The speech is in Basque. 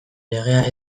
legea